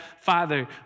Father